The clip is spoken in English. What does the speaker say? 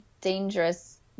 dangerous